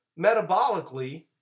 metabolically